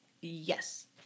Yes